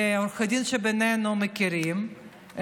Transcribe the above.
ועורכי דין שבינינו מכירים,